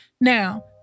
Now